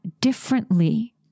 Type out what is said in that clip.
differently